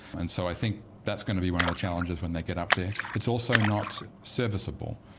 and so i think that's going to be one of the challenges when they get up there. it's also not serviceable,